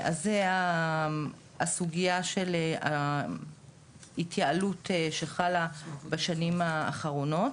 אז זה היה הסוגיה של ההתייעלות שחלה בשנים האחרונות.